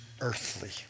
earthly